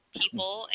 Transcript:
people